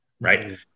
right